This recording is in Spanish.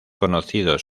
conocido